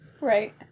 right